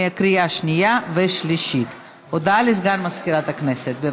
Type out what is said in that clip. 47 בעד, אין מתנגדים, אין נמנעים.